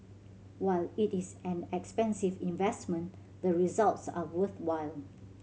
while it is an expensive investment the results are worthwhile